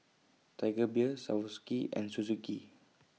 Tiger Beer Swarovski and Suzuki